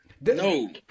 No